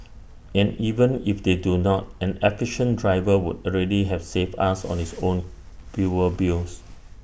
and even if they do not an efficient driver would already have saved us on his own fuel bills